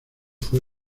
fue